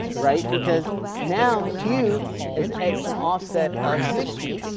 right. because now q is at an offset of sixty